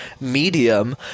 medium